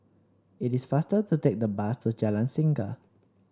it is faster to take the bus to Jalan Singa